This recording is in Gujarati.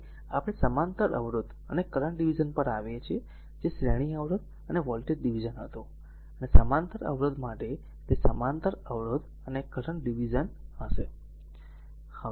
હવે આપણે સમાંતર અવરોધ અને કરંટ ડિવિઝન પર આવીએ છીએ જે શ્રેણી અવરોધ અને વોલ્ટેજ ડિવિઝન હતું અને સમાંતર અવરોધ માટે તે સમાંતર અવરોધ અને કરંટ ડીવીઝન હશે